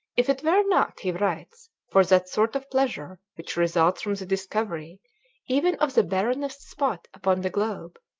if it were not, he writes, for that sort of pleasure which results from the discovery even of the barrenest spot upon the globe,